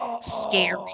scary